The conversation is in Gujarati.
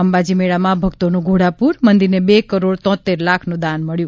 અંબાજી મેળામાં ભક્તોનું ઘોડાપુર મંદિરને બે કરોડ તોંતેર લાખનું દાન મળ્યું